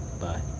Bye